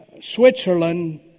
Switzerland